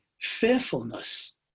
fearfulness